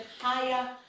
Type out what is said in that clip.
higher